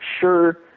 sure